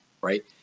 right